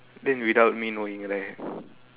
then without me knowing right